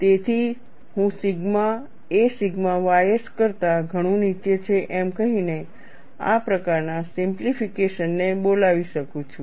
તેથી હું સિગ્મા એ સિગ્મા ys કરતાં ઘણું નીચે છે એમ કહીને આ પ્રકારના સિમ્પલિફિકેશનને બોલાવી શકું છું